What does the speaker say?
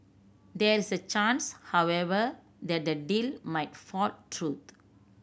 there is a chance however that the deal might fall through